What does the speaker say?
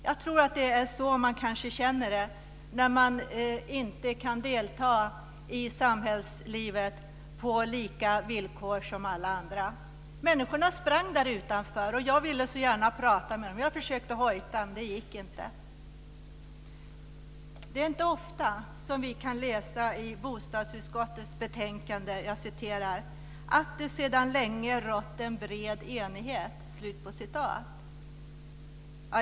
jag tror att det är så man kanske känner det när man inte kan delta i samhällslivet på samma villkor som alla andra. Människor sprang där utanför, och jag ville så gärna prata med dem. Jag försökte hojta, men det hjälpte inte. Det är inte ofta som vi kan läsa i bostadsutskottets betänkande att "det sedan länge rått en bred enighet".